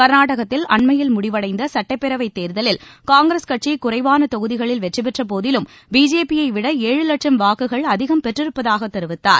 கர்நாடகத்தில் அண்மையில் முடிவடைந்த சட்டப்பேரவைத் தேர்தலில் காங்கிரஸ் கட்சி குறைவான தொகுதிகளில் வெற்றி பெற்ற போதிலும் பிஜேபியைவிட ஏழு வட்சும் வாக்குகள் அதிகம் பெற்றிருப்பதாகத் தெரிவித்தார்